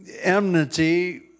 enmity